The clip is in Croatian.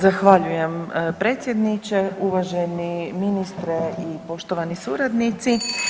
Zahvaljujem predsjedniče, uvaženi ministre i poštovani suradnici.